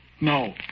No